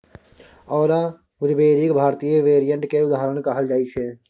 औरा गुजबेरीक भारतीय वेरिएंट केर उदाहरण कहल जाइ छै